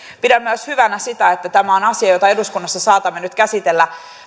pidän hyvänä myös sitä että tämä on asia jota eduskunnassa saatamme nyt käsitellä